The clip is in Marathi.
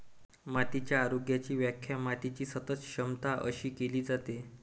मातीच्या आरोग्याची व्याख्या मातीची सतत क्षमता अशी केली जाते